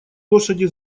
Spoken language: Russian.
лошади